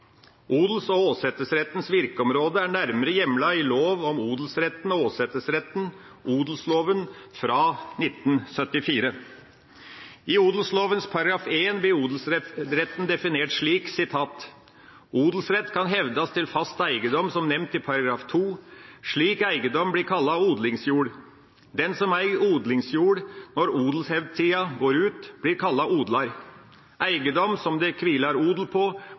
Odels- og åsetesrettens virkeområde er nærmere hjemlet i lov om odelsretten og åsetesretten, odelsloven, fra 1974. I odelsloven § 1 blir odelsretten definert slik: «Odelsrett kan hevdast til fast eigedom som nemnt i § 2. Slik eigedom blir kalla odlingsjord. Den som eig odlingsjord når odelshevdstida går ut, blir kalla odlar. Eigedom som det kviler odel på,